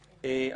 אגב,